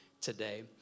today